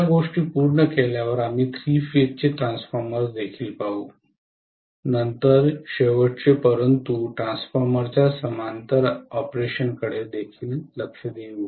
या गोष्टी पूर्ण केल्यावर आम्ही थ्री फेज चे ट्रान्सफॉर्मर्स देखील पाहू नंतर शेवटचे परंतु ट्रान्सफॉर्मर्सच्या समांतर ऑपरेशनकडे देखील लक्ष देऊ